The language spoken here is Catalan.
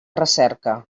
recerca